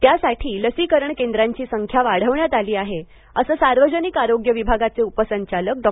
त्यासाठी लसीकरण केंद्रांची संख्या वाढवण्यात आली आहे असं सार्वजनिक आरोग्य विभागाचे उपसंचालक डॉ